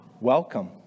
welcome